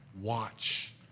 watch